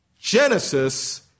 Genesis